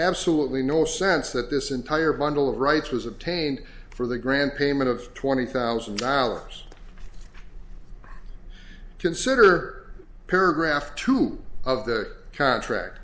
absolutely no sense that this entire bundle of rights was obtained for the grant payment of twenty thousand dollars consider paragraph two of the contract